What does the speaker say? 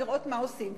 להראות מה עושים.